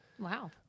Wow